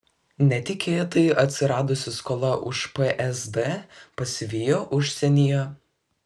netikėtai atsiradusi skola už psd pasivijo užsienyje